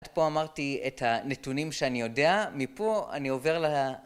עד פה אמרתי את הנתונים שאני יודע, מפה אני עובר ל...